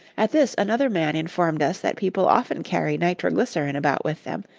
at this another man informed us that people often carry nitroglycerin about with them,